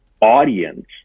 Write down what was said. audience